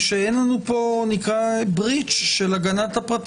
וגם תשובה מאוד ברורה שאין לנו כאן ברידג' של הגנת הפרטיות,